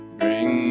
bring